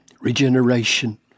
Regeneration